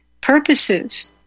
purposes